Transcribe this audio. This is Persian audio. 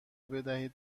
بدهید